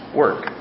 work